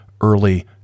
early